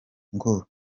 ngo